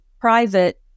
private